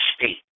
state